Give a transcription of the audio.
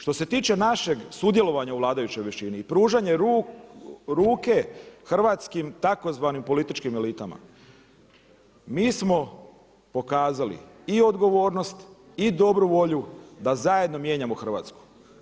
Što se tiče našeg sudjelovanja u vladajućoj većini i pružanja ruke hrvatskim tzv. političkim elitama, mi smo pokazali i odgovornost i dobru volju da zajedno mijenjamo Hrvatsku.